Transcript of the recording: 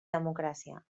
democràcia